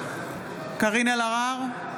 קארין אלהרר,